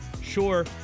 sure